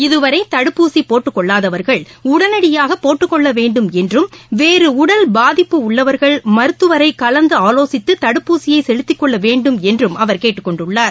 இதுவரைதடுப்பூசிபோட்டுக்கொள்ளாதவர்கள் உடனடியாகபோட்டுக்கொள்ளவேண்டும் என்றும் வேறஉடல் பாதிப்பு உள்ளவர்கள் மருத்துவரைகலந்தாலோசித்துதடுப்பூசியைசெலுத்திக்கொள்ளவேண்டும் என்றும் அவர் கேட்டுக்கொண்டுள்ளார்